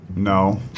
No